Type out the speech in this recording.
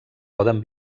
poden